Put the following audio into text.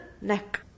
neck